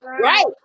right